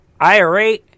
IRA